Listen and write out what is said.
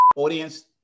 Audience